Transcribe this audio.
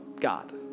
God